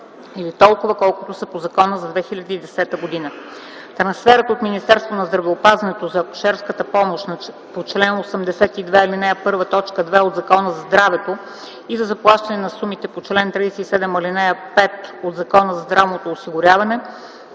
или толкова, колкото са по закона за 2010 г. Трансферът от Министерството на здравеопазването за акушерската помощ по чл. 82, ал. 1, т. 2 от Закона за здравето и за заплащане на сумите по чл. 37, ал. 5 от Закона за здравното осигуряване,